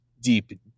deep